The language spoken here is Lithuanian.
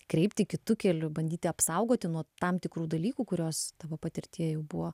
kreipti kitu keliu bandyti apsaugoti nuo tam tikrų dalykų kuriuos tavo patirtyje jau buvo